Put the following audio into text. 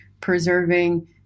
preserving